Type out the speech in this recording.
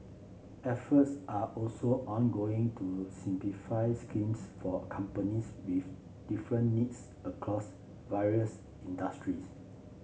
efforts are also ongoing to simplify schemes for companies with different needs across various industries